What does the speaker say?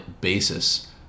basis